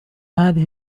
هذه